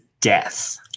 death